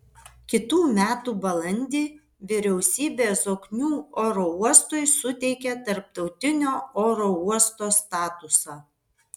kitų metų balandį vyriausybė zoknių oro uostui suteikė tarptautinio oro uosto statusą